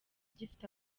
gifite